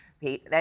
Pete